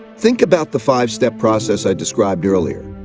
think about the five-step process i described earlier.